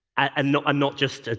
and not not just, ah